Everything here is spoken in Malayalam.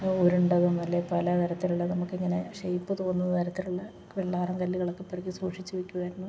ഉരുണ്ടതോന്നും അല്ല പല തരത്തിലുള്ള നമുക്കിങ്ങനെ ഷേയ്പ്പ് തോന്നുന്ന തരത്തിലുള്ള വെള്ളാരം കല്ലുകളൊക്കെ പെറുക്കി സൂക്ഷിച്ച് വെക്കുവായിരുന്നു